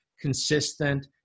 consistent